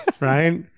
right